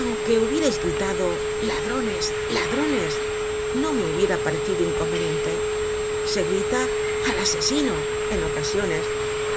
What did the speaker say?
aunque hubiérais gritado ladrones ladrones no me hubiera parecido inconveniente se grita al asesino en ocasiones